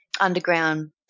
underground